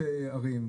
ערים,